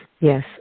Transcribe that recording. Yes